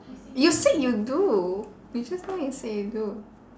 you said you do you just now you said you do